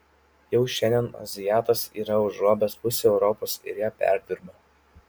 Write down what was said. jau šiandien azijatas yra užgrobęs pusę europos ir ją perdirba